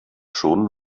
schon